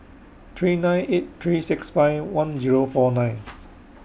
three nine eight three six five one Zero four nine